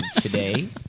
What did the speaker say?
today